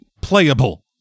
playable